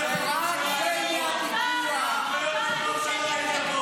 היה הרבה יותר טוב שלא היית פה,